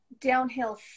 downhill